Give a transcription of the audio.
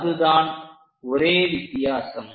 அதுதான் ஒரே வித்தியாசம்